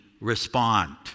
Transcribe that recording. respond